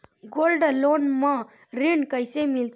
Gold loan म ऋण कइसे मिलथे?